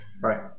Right